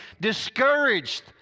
discouraged